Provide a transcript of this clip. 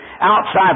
outside